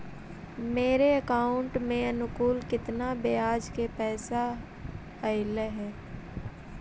मेरे अकाउंट में अनुकुल केतना बियाज के पैसा अलैयहे?